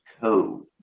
code